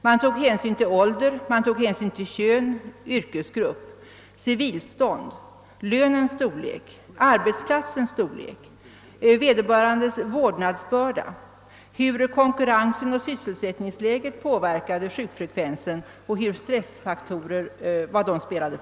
Man tog hänsyn till ålder, kön, yrkesgrupp, civilstånd, lönens storlek, arbetsplatsens storlek, vederbörandes vårdnadsbörda, hur konkurrensen och sysselsättningsläget påverkade sjukfrekvensen och vilken roll stressfaktorer spelade.